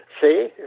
See